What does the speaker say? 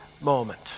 moment